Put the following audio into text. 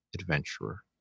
adventurer